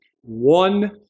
one